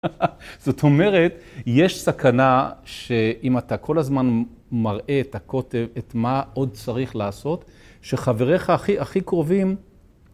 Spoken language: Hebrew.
זאת אומרת, יש סכנה שאם אתה כל הזמן מראה מה עוד צריך לעשות, שחבריך הקרובים ביותר...